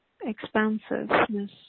expansiveness